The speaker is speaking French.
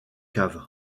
cave